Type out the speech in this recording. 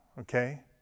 Okay